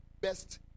best